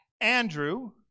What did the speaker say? Andrew